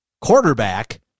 quarterback